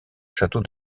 château